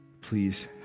Please